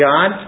God